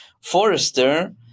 Forrester